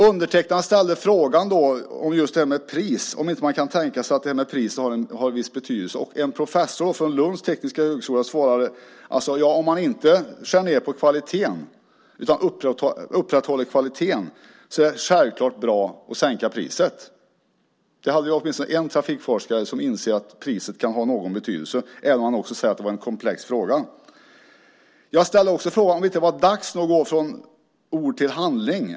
Jag frågade om man inte kan tänka sig att just priset har viss betydelse. En professor från Lunds tekniska högskola svarade: Ja, om man inte skär ned på kvaliteten utan upprätthåller kvaliteten är det självklart bra att sänka priset. Där har vi åtminstone en trafikforskare som inser att priset kan ha betydelse, även om han också sade att det är en komplex fråga. Jag frågade också om det inte var dags att gå från ord till handling.